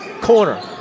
corner